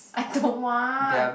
I don't want